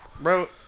Bro